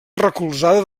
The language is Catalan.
recolzada